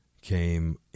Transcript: came